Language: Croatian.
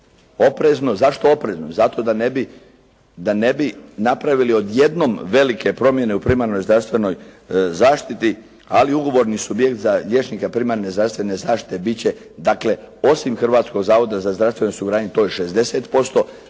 Zašto oprezno? Zato da ne bi napravili odjednom velike promjene u primarnoj zdravstvenoj zaštiti, ali ugovorni subjekt za liječnika primarne zdravstvene zaštite biti će, dakle, osim Hrvatskog zavoda za zdravstveno osiguranje to je 60%,